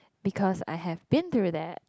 because I have been through that